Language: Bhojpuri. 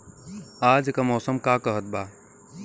आज क मौसम का कहत बा?